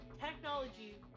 Technology